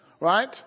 Right